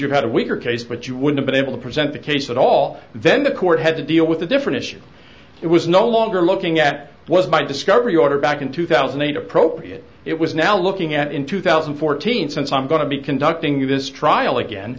you have a weaker case but you would have been able to present the case at all then the court had to deal with a different issue it was no longer looking at was my discovery order back in two thousand and eight appropriate it was now looking at in two thousand and fourteen since i'm going to be conducting this trial again